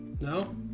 No